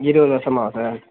இருபது வருஷமாவா சார்